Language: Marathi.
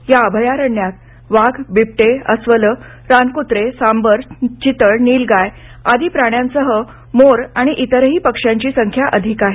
या अभयारण्यात वाघ बिबट अस्वल रानकुत्रे सांबर चितळ नीलगाय आदी प्राण्यांसह मोर आणि इतरही पक्ष्यांची संख्या अधिक आहे